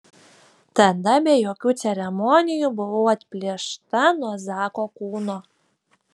tada be jokių ceremonijų buvau atplėšta nuo zako kūno